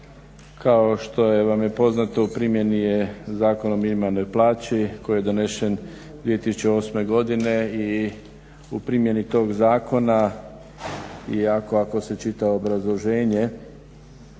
Kao što vam je poznato u primjeni je zakonom o minimalnoj plaći koji je donesen 2008. godine i u primjeni tog zakona i ako se čita obrazloženje